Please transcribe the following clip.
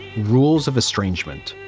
rules of estrangement,